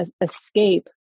escape